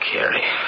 Carrie